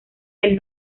del